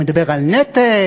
הוא מדבר על נטל,